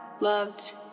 loved